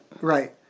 Right